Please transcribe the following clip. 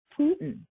Putin